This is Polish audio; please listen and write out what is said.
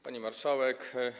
Pani Marszałek!